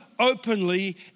openly